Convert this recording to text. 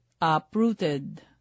uprooted